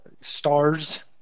Stars